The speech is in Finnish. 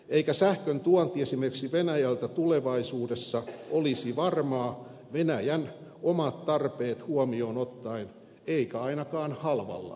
eikä sähköntuonti esimerkiksi venäjältä tulevaisuudessa olisi varmaa venäjän omat tarpeet huomioon ottaen eikä ainakaan halvalla